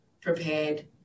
prepared